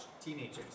teenagers